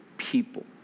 People